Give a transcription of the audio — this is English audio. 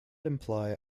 imply